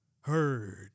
heard